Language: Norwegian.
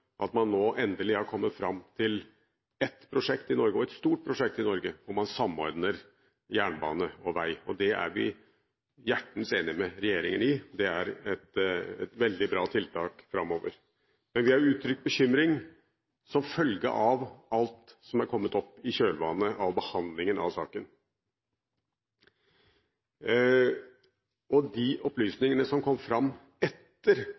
at man nå endelig har kommet fram til ett prosjekt i Norge, et stort prosjekt, hvor man samordner jernbane og vei. Vi er hjertens enig med regjeringen i at det er et veldig bra tiltak framover. Men vi har uttrykt bekymring som følge av alt som er kommet opp i kjølvannet av behandlingen av saken. De opplysningene som kom fram etter